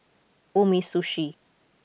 Umisushi